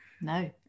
no